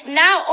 now